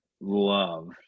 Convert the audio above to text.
love